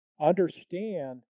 understand